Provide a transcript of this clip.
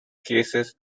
cases